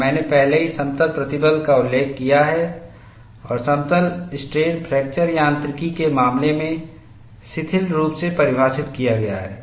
और मैंने पहले ही समतल प्रतिबल का उल्लेख किया है और समतल स्ट्रेन फ्रैक्चर यांत्रिकी के मामले में शिथिल रूप से परिभाषित किया गया है